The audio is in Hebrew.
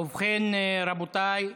ובכן, רבותיי,